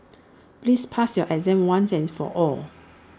please pass your exam once and for all